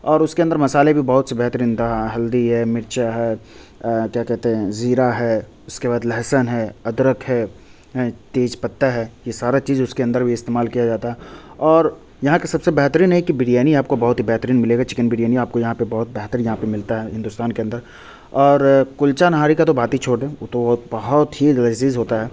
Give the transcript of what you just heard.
اور اس کے اندر مسالے بھی بہت سے بہترین دا ہلدی ہے مرچ ہے کیا کہتے ہیں زیرہ ہے اس کے بعد لہسن ہے ادرک ہے تیج پتا ہے یہ سارا چیز اس کے اندر بھی استعمال کیا جاتا ہے اور یہاں کے سب سے بہترین ایک بریانی آپ کو بہت ہی بہترین ملے گی چکن بریانی آپ کو یہاں پہ بہت بہتر یہاں پہ ملتا ہے ہندوستان کے اندر اور کلچہ نہاری کا تو بات ہی چھوڑ دو وہ تو بہت ہی لذیذ ہوتا ہے